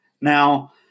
Now